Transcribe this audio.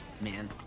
man